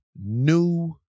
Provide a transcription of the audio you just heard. new